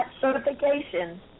certification